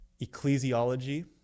ecclesiology